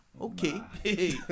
Okay